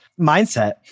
mindset